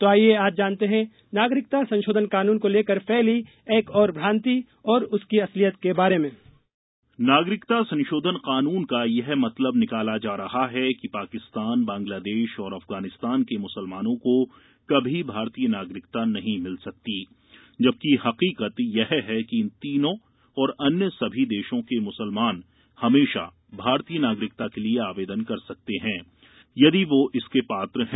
तो आईये आज जानते हैं नागरिकता संशोधन कानून को लेकर फैली एक और भ्रान्ति और उसकी असलियत के बारे में नागरिकता संशोधन कानून का यह मतलब निकाला जा रहा है कि पाकिस्तान बांग्लादेश और अफगानिस्तान के मुसलमानों को कभी भारतीय नागरिकता नहीं मिल सकती जबकि हकीकत यह है कि इन तीनों और अन्य सभी देशों के मुसलमान हमेशा भारतीय नागरिकता के लिए आवेदन कर सकते हैं यदि वो इसके पात्र हैं